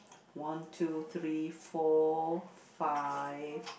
one two three four five